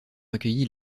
recueilli